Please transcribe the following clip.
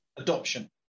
Adoption